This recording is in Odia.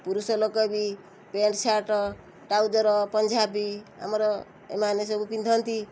ପୁରୁଷ ଲୋକ ବି ପେଣ୍ଟ ସାର୍ଟ ଟ୍ରାଉଜର୍ ପଞ୍ଜାବୀ ଆମର ଏମାନେ ସବୁ ପିନ୍ଧନ୍ତି